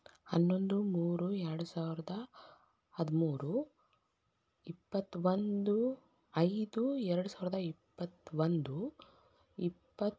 ಹನ್ನೊಂದು ಮೂರು ಎರಡು ಸಾವಿರದ ಹದಿಮೂರು ಇಪ್ಪತ್ತೊಂದು ಐದು ಎರಡು ಸಾವಿರದ ಇಪ್ಪತ್ತೊಂದು ಇಪ್ಪತ್ತು